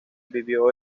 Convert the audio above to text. vivió